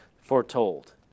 foretold